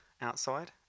outside